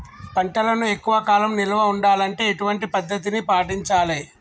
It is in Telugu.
పంటలను ఎక్కువ కాలం నిల్వ ఉండాలంటే ఎటువంటి పద్ధతిని పాటించాలే?